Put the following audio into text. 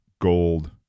gold